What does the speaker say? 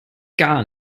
gar